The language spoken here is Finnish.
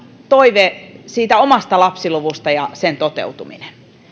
toive omasta lapsiluvusta ja sen toteutuminen